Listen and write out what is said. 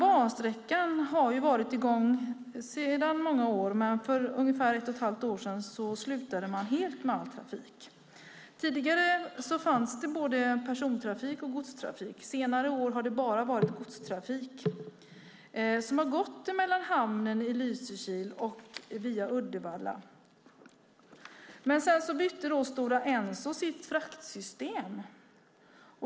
Bansträckan har varit i gång i många år, men för ungefär ett och ett halvt år sedan slutade man med all trafik. Tidigare fanns det både persontrafik och godstrafik. Senare år har det bara varit godstrafik som har gått från hamnen i Lysekil och via Uddevalla. Sedan bytte Stora Enso sitt fraktsystem.